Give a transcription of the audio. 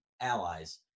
allies